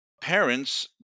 parents